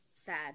sad